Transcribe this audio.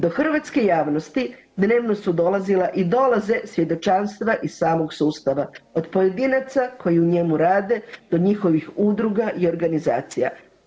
Do hrvatske javnosti dnevno su dolazila i dolaze svjedočanstva iz samog sustava od pojedinaca koji u njemu rade do njihovih udruga i organizacija.